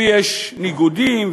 ויש ניגודים,